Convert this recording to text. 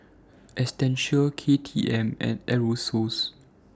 Essential K T M and Aerosoles